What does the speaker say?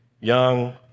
young